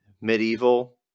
medieval